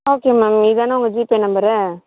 okay ma'am இதானே உங்கள் GPay number